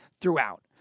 throughout